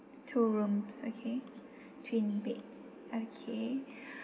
two rooms okay twin bed okay